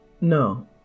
No